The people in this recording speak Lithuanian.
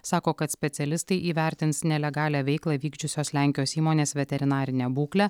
sako kad specialistai įvertins nelegalią veiklą vykdžiusios lenkijos įmonės veterinarinę būklę